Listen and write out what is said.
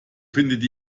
findet